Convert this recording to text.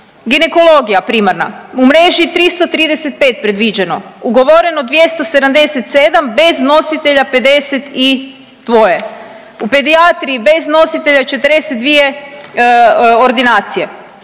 Ginekologija primarna, u mreži 335 predviđeno, ugovoreno 277 bez nositelja 52 u pedijatriji bez nositelja 42 ordinacije.